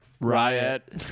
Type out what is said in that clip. Riot